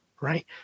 right